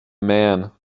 man